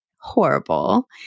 horrible